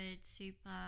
super